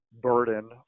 burden